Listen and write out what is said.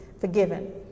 forgiven